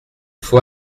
faut